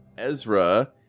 Ezra